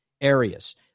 areas